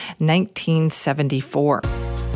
1974